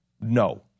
no